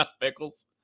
Pickles